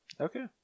Okay